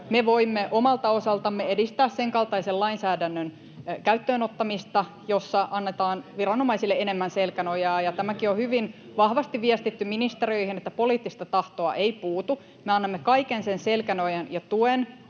Me voimme omalta osaltamme edistää sen kaltaisen lainsäädännön käyttöönottamista, jossa annetaan viranomaisille enemmän selkänojaa, ja tämäkin on hyvin vahvasti viestitty ministeriöihin, että poliittista tahtoa ei puutu. Me annamme kaiken sen selkänojan ja tuen